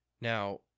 Now